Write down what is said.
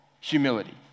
humility